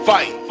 Fight